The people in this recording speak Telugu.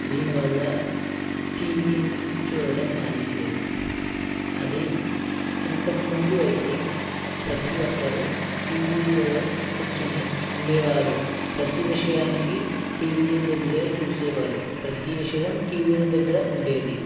దీనివల్ల టీవీని చూడడం మానేశారు అదే ఇంతకముందు అయితే ప్రతి ఒక్కరు టీవీ కూర్చోని ఉండేవారు ప్రతి విషయానికి టీవీ దగ్గర చూసేవారు ప్రతీ విషయం టీవీ దగ్గర ఉండేది